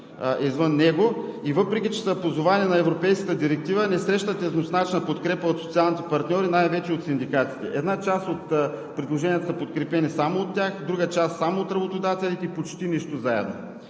извън него, и въпреки че са позовани на Европейската директива, не срещат еднозначна подкрепа от социалните партньори, най-вече от синдикатите. Една част от предложенията са подкрепени само от тях, друга част – само от работодателите, и почти нищо – заедно.